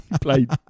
played